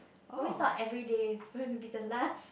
always thought every day is going be be the last